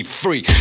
free